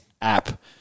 app